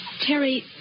Terry